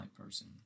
person